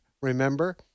remember